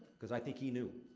cause i think he knew.